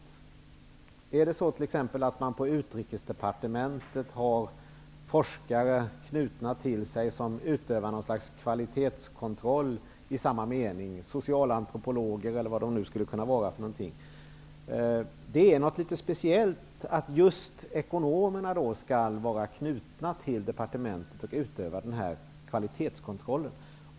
Finns det t.ex. på Utrikesdepartementet forskare som utövar något slags kvalitetskontroll -- socialantropologer eller andra? Det är något speciellt att just ekonomerna skall vara knutna till departementet och utöva denna kvalitetskontroll.